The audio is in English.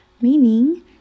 meaning